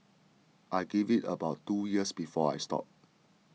I give it about two years before I stop